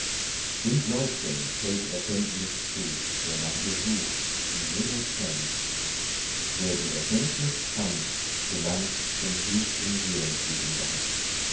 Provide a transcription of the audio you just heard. dem gläub'gen fällt erkenntnis zu der nach ihr sucht die sinne zähmt wer die erkenntnis fand gelangt zum höchsten seelenfrieden bald